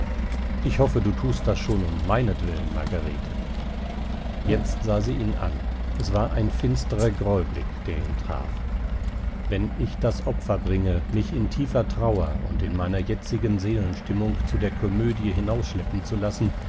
ich hoffe du thust das schon um meinetwillen margarete jetzt sah sie ihn an es war ein finsterer grollblick der ihn traf wenn ich das opfer bringe mich in tiefer trauer und in meiner jetzigen seelenstimmung zu der komödie hinausschleppen zu lassen